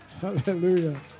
Hallelujah